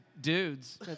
dudes